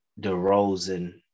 DeRozan